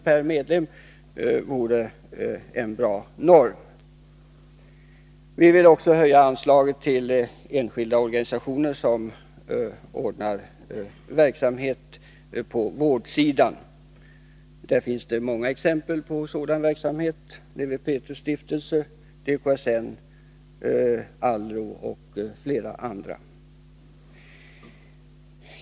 per medlem vore en bra norm. Vi vill också höja anslaget till enskilda organisationer som ordnar verksamhet på vårdsidan. Där finns många exempel på sådan verksamhet: Lewi Petrus” stiftelse, DKSN, ALRO och flera andra.